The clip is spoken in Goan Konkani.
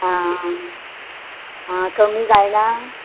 आं आं आं कमी कांय ना